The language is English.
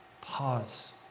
Pause